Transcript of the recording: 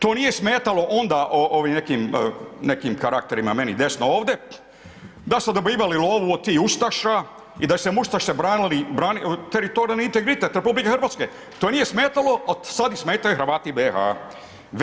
To nije smetalo onda ovim nekim karakterima meni desno ovdje, da su dobivali lovu od tih ustaša i da su im ustaše branili teritorijalni integritet RH, to nije smetalo a sad ih smetaju Hrvati BiH-a.